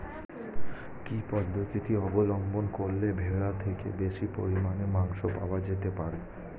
কি পদ্ধতিতে অবলম্বন করলে ভেড়ার থেকে বেশি পরিমাণে মাংস পাওয়া যেতে পারে?